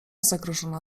zagrożona